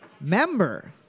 member